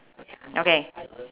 okay